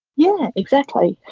yeah exactly.